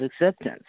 acceptance